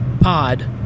pod